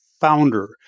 founder